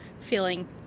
feeling